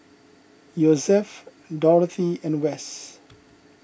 Yosef Dorathy and Wes